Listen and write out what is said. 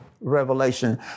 revelation